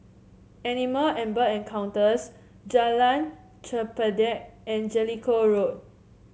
Animal and Bird Encounters Jalan Chempedak and Jellicoe Road